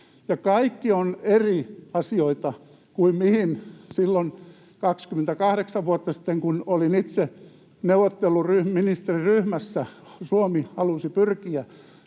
kaikki ovat eri asioita kuin mihin silloin 28 vuotta sitten, kun olin itse ministeriryhmässä, Suomi halusi pyrkiä.